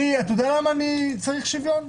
אתה יודע למה אני צריך שוויון?